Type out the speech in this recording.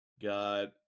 Got